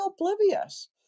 oblivious